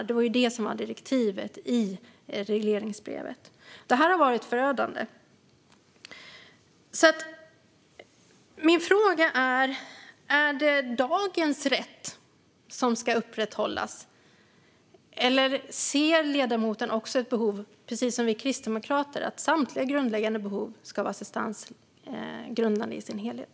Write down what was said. Det var det som var direktivet i regleringsbrevet, och det har varit förödande. Min fråga är om det är dagens "rätt" som ska upprätthållas. Eller anser ledamoten, precis som vi kristdemokrater, att samtliga grundläggande behov ska vara assistansgrundande i sin helhet?